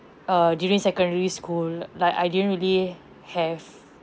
err during secondary school like I didn't really have